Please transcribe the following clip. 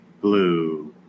blue